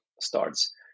starts